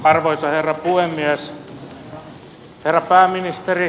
herra pääministeri fantastista